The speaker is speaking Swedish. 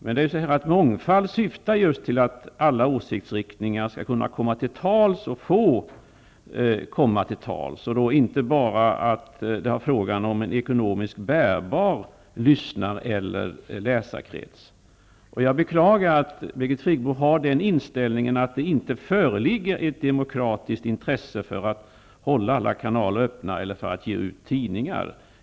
Men mångfald syftar just till att alla åsiktsriktningar skall kunna och få komma till tals och inte bara beroende på om de har en ekonomiskt bärkraftig lyssnar eller läsekrets. Jag beklagar att Birgit Friggebo har den inställningen att det inte föreligger ett demokratiskt intresse av att hålla alla kanaler öppna eller av att ge ut tidningar.